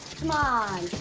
come on.